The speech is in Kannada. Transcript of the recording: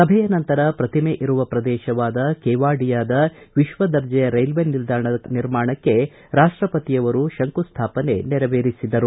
ಸಭೆಯ ನಂತರ ಪ್ರತಿಮೆ ಇರುವ ಪ್ರದೇಶವಾದ ಕೇವಾಡಿಯಾದ ವಿಶ್ವದರ್ಜೆಯ ರೈಲ್ವೆ ನಿಲ್ದಾಣ ನಿರ್ಮಾಣಕ್ಕೆ ರಾಷ್ಟಪತಿಯವರು ಶಂಕುಸ್ಥಾಪನೆ ನೆರವೇರಿಸಿದರು